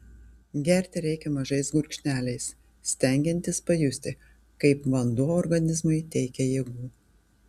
gerti reikia mažais gurkšneliais stengiantis pajusti kaip vanduo organizmui teikia jėgų